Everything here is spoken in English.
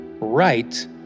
right